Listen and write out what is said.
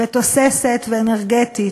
תוססת ואנרגטית.